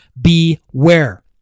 beware